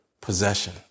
possession